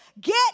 Get